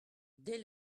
des